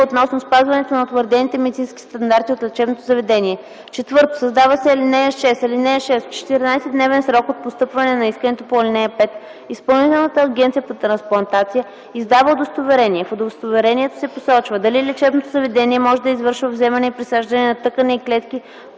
относно спазването на утвърдените медицински стандарти от лечебното заведение.” 4. Създава се ал. 6: „(6) В 14-дневен срок от постъпване на искането по ал. 5 Изпълнителната агенция по трансплантация издава удостоверение. В удостоверението се посочва дали лечебното заведение може да извършва вземане и присаждане на тъкани и клетки